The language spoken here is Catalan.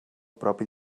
propi